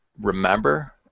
remember